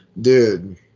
Dude